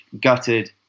gutted